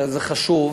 זה חשוב.